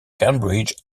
cambridge